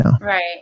Right